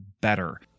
better